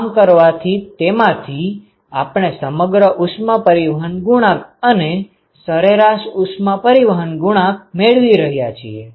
આમ કરવાથી તેમાંથી આપણે સમગ્ર ઉષ્મા પરિવહન ગુણાંક અને સરેરાશ ઉષ્મા પરિવહન ગુણાંક મેળવી રહ્યા છીએ